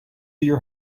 your